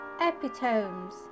epitomes